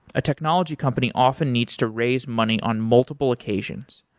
a technology company often needs to raise money on multiple occasions.